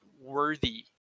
worthy